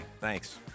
thanks